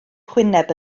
hwyneb